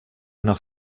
nach